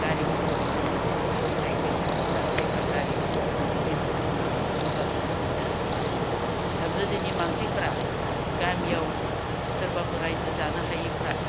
गारि मथर नुनांगोन मथर सायखेल सारि साखा गारि बेफोरबायदिसो नुनांगोन अब्लासो बिसोरसो धोनि दा गोदोनि मानसिफोरा गामियाव सोरबाफोर रायजो जानो हायैफोरा